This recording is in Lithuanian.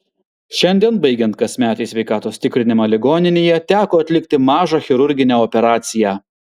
šiandien baigiant kasmetį sveikatos tikrinimą ligoninėje teko atlikti mažą chirurginę operaciją